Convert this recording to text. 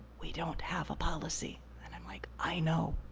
we don't have a policy. and i'm like, i know.